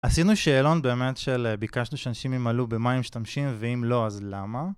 עשינו שאלון באמת של... ביקשנו שאנשים ימלאו במה הם משתמשים ואם לא אז למה